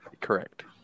Correct